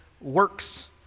works